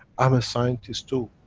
i'm a scientist too,